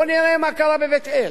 בוא נראה מה קרה בבית-אל: